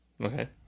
okay